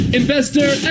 investor